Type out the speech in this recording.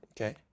Okay